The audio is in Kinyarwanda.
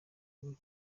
uri